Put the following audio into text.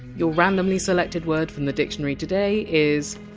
your randomly selected word from the dictionary today is.